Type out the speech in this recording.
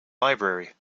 library